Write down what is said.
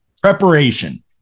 preparation